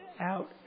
out